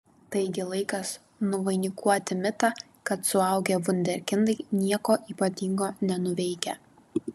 taigi laikas nuvainikuoti mitą kad suaugę vunderkindai nieko ypatingo nenuveikia